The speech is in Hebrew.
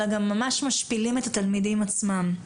אלא גם ממש משפילים את התלמידים עצמם.